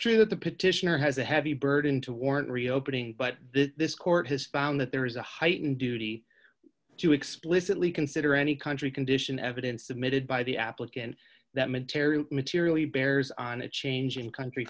true that the petitioner has a heavy burden to warrant reopening but this court has found that there is a heightened duty to explicitly consider any country condition evidence submitted by the applicant that metairie materially bears on a change in country